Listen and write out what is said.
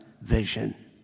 vision